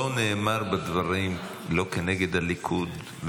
לא נאמר בדברים לא כנגד הליכוד,